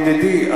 ידידי,